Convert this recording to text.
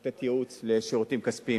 לתת ייעוץ לשירותים כספיים.